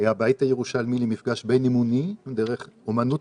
שהיה הבית הירושלמי למפגש בין אמוני דרך אמנות,